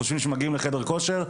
חושבים שמגיעים לחדר כושר,